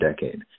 decade